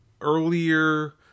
earlier